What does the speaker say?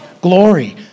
glory